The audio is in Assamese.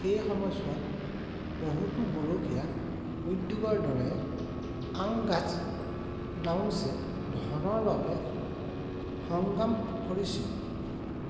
এই সময়ছোৱাত বহুতো গৰখীয়া উদ্যোগৰ দৰে আংগাছ ডাউনছে ধনৰ বাবে সংগ্ৰাম কৰিছিল